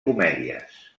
comèdies